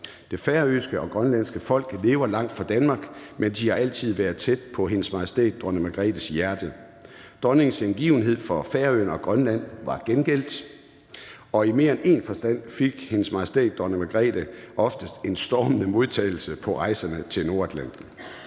Det færøske og grønlandske folk lever langt fra Danmark, men de har altid været tæt på dronningens hjerte. Dronningens hengivenhed for Færøerne og Grønland var gengældt, og i mere end én forstand fik Hendes Majestæt Dronning Margrethe oftest en stormende modtagelse på rejserne til Nordatlanten.